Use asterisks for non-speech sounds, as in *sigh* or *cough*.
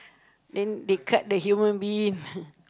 then they cut the human being *noise*